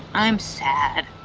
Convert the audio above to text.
i'm sad.